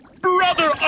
Brother